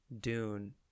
Dune